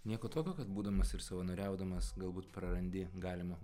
nieko tokio kad būdamas ir savanoriaudamas galbūt prarandi galimą